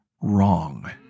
wrong